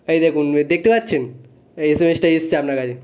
এই দেখুন দেখতে পাচ্ছেন এই এসএমএসটা এসেছে আপনার কাছে